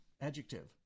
adjective